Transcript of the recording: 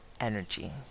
energy